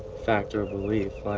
fact or belief.